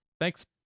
Thanks